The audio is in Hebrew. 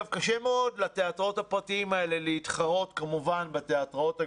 קשה מאוד לתיאטראות הפרטיים האלה להתחרות בתיאטראות הגדולים,